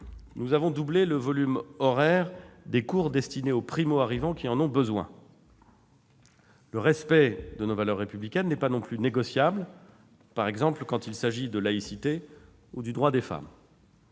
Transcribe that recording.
nous avons doublé le volume horaire des cours destinés aux primo-arrivants qui en ont besoin. Le respect de nos valeurs républicaines n'est pas non plus négociable, par exemple quand il s'agit de laïcité ou du droit des femmes.